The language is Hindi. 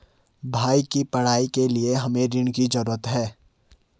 भाई की पढ़ाई के लिए हमे ऋण की जरूरत है